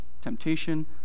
temptation